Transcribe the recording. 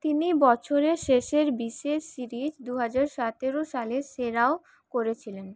তিনি বছরের শেষের বিশেষ সিরিজ দু হাজার সতের সালের সেরাও করেছিলেন